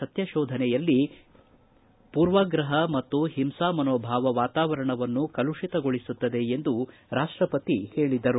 ಸತ್ಯಶೋಧನೆಯಲ್ಲಿ ಪೂರ್ವಗ್ರಹ ಮತ್ತು ಹಿಂಸಾಮಸೋಭಾವ ವಾತಾವರಣವನ್ನು ಕಲುಷಿತಗೊಳಿಸುತ್ತದೆ ಎಂದು ರಾಷ್ಟಪತಿ ಹೇಳಿದರು